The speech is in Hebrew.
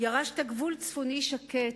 ירשת גבול צפוני שקט,